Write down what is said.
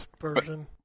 version